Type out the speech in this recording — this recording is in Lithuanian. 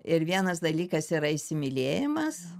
ir vienas dalykas yra įsimylėjimas